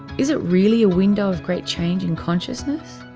is it really a window of great changes in consciousness?